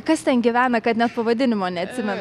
kas ten gyvena kad net pavadinimo neatsimen